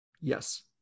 Yes